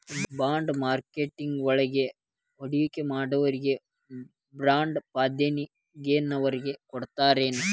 Bond marketing ವಳಗ ಹೂಡ್ಕಿಮಾಡ್ದೊರಿಗೆ ಬಾಂಡ್ರೂಪ್ದಾಗೆನರ ಕೊಡ್ತರೆನು?